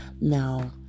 Now